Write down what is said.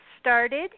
started